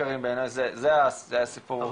בעיניי זה סיפור מאוד משמעותי.